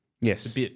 Yes